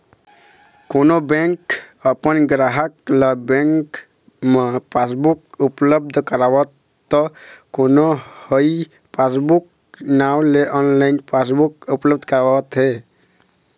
कोनो बेंक अपन गराहक ल बेंक म पासबुक उपलब्ध करावत त कोनो ह ई पासबूक नांव ले ऑनलाइन पासबुक उपलब्ध करावत हे